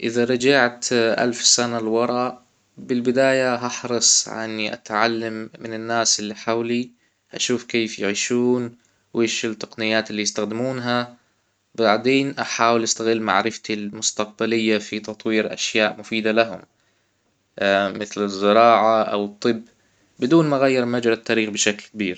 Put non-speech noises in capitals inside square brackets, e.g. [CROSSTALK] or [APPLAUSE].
اذا رجعت الف سنة لورا بالبداية هحرص إني اتعلم من الناس اللي حولي اشوف كيف يعيشون ويش التقنيات اللي يستخدمونها بعدين أحاول استغل معرفتي المستقبلية في تطوير اشياء مفيدة لهم. [HESITATION] مثل الزراعة اوالطب بدون ما أغير مجرى التاريخ بشكل كبير.